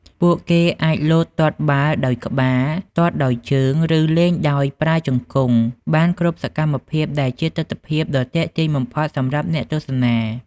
ពួកគេអាចលោតទាត់បាល់ដោយក្បាល ទាត់ដោយជើង ឬលេងដោយប្រើជង្គង់បានគ្រប់សកម្មភាពដែលជាទិដ្ឋភាពដ៏ទាក់ទាញបំផុតសម្រាប់អ្នកទស្សនា។